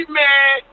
mad